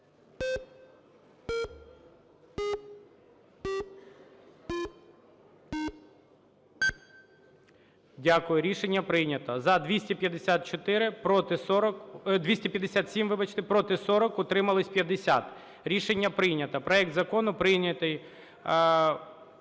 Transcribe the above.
Дякую. Рішення прийнято. За – 257, проти – 40, утримались – 50. Рішення прийнято. Проект закону прийнятий